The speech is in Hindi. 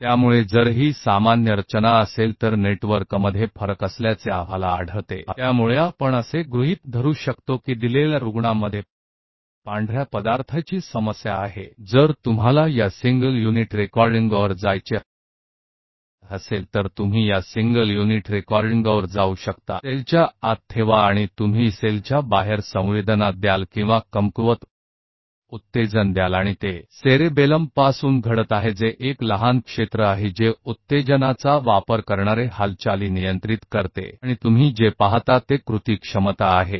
तो अगर यह फिर से यह सामान्य संरचना है तो हम पाते हैं कि नेटवर्क में अंतर हैं तो हम मान सकते हैं कि दिए गए रोगी में व्हाइट मैटर की समस्या मौजूद है अब यदि आप इस एकल इकाई रिकॉर्डिंग में जाना चाहते हैं तो आप इस सिंगल यूनिट रिकॉर्डिंग मे आप यह इंकोशिका के भीतर रखें और आप कोशिका के बाहरसंवेदना दे या कमजोर स्टिमुलस दें और यह सेरिबैलम से हो रहा है जो छोटा क्षेत्र हैजो ठीक जून का मूवमेंट है वह स्टिमुलस का उपयोग करता है और आप जो देखते हैं वह एक एक्शन पोटेंशिअल है